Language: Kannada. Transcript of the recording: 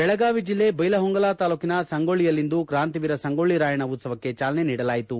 ಬೆಳಗಾವಿ ಜಿಲ್ಲೆ ದೈಲಹೊಂಗಲ ತಾಲ್ಡೂಕಿನ ಸಂಗೊಳ್ಲಯಲ್ಲಿಂದು ಕಾಂತಿವೀರ ಸಂಗೊಳ್ಲಿ ರಾಯಣ್ನ ಉತ್ತವಕ್ಕೆ ಚಾಲನೆ ನೀಡಲಾಯಿತು